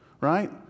right